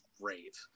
great